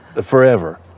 forever